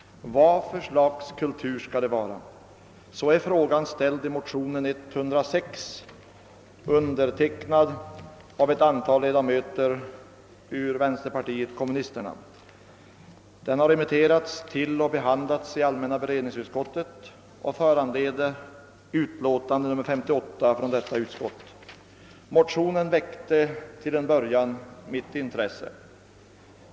Vad för slags kultur skall det vara? Så är frågan ställd i motionen II: 106, undertecknad av ett antal ledamöter ur vänsterpartiet kommunisterna. Den har remitterats till och behandlats i allmänna beredningsutskottet och har föranlett dess utlåtande nr 58. Motionen väckte till en början mitt intresse.